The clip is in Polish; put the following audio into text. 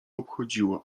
obchodziło